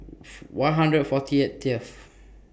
one hundred forty eight eighth